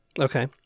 Okay